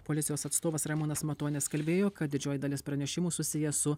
policijos atstovas ramūnas matonis kalbėjo kad didžioji dalis pranešimų susiję su